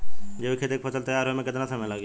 जैविक खेती के फसल तैयार होए मे केतना समय लागी?